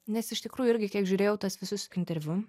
nes iš tikrųjų irgi kiek žiūrėjau tuos visus interviu